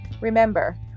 Remember